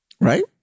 Right